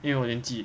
因为我年纪